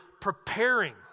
preparing